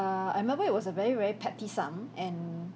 I remember it was a very very petty sum and